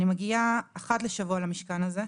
אני מגיעה אחת לשבוע למשכן הזה,